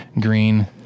Green